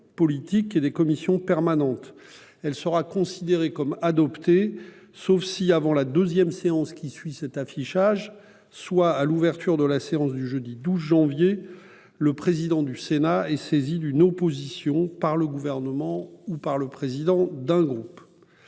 politiques et des commissions permanentes. Elle sera considérée comme adoptée sauf si, avant la deuxième séance qui suit cet affichage, soit à l'ouverture de la séance du jeudi 12 janvier, le président du Sénat est saisi d'une opposition par le Gouvernement ou par le président d'un groupe.